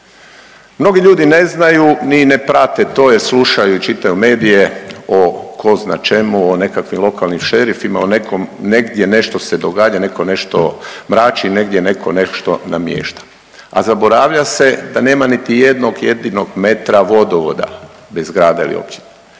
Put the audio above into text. Mnogi ljudi ne znaju ni ne prate to jer slušaju, čitaju medije o tko zna čemu, o nekakvim lokalnim šerifima, o nekom negdje nešto se događa, netko nešto mrači, netko nešto namješta. A zaboravlja se da nema niti jednog jedinog metra vodovoda bez grada ili općine.